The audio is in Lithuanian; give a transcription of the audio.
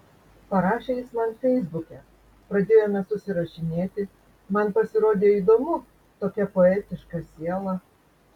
parašė jis man feisbuke pradėjome susirašinėti man pasirodė įdomu tokia poetiška siela